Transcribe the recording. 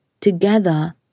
together